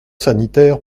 sanitaires